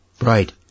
Right